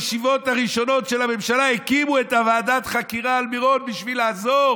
בישיבות הראשונות של הממשלה הקימו את ועדת החקירה על מירון בשביל לעזור,